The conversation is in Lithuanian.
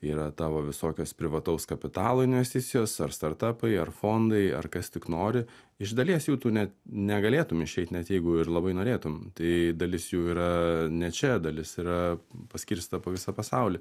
yra tavo visokios privataus kapitalo investicijos ar startapai ar fondai ar kas tik nori iš dalies jų tu net negalėtum išeit net jeigu ir labai norėtum tai dalis jų yra ne čia dalis yra paskirstyta po visą pasaulį